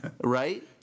right